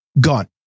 Gone